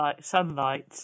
sunlight